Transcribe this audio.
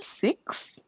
six